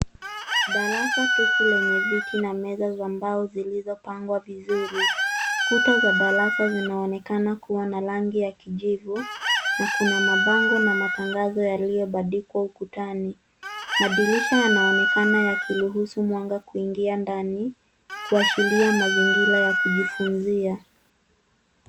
Darasa tupu lenye viti na meza za mbao zilizopangwa vizuri. Kuta za darasa zinaonekana kuwa na rangi ya kijivu na kuna mabango na matangazo yaliyobandikwa ukutani. Madirisha yanaonekana yakiruhusu mwanga kuingia ndani kuashiria mazingira ya kujifunzia.